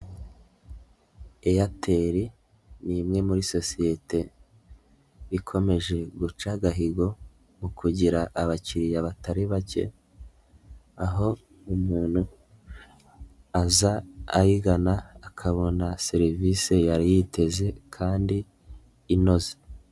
Airtel ni imwe muri sosiyete ikomeje guca agahigo ,mu kugira abakiriya batari bake, aho umuntu aza ayigana akabona service yari yiteze kandi inoze.